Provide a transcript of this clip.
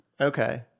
Okay